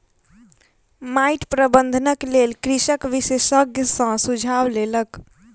माइट प्रबंधनक लेल कृषक विशेषज्ञ सॅ सुझाव लेलक